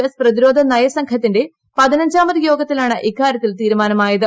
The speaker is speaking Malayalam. എസ് പ്രതിരോധ നയ സംഘത്തിന്റെ പതിനഞ്ചാമത് യോഗത്തിലാണ് ഇക്കാര്യത്തിൽ തീരുമാനമായത്